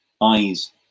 eyes